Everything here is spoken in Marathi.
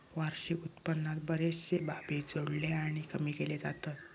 वार्षिक उत्पन्नात बरेचशे बाबी जोडले आणि कमी केले जातत